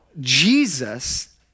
Jesus